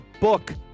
book